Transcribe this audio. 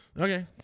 Okay